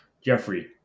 Jeffrey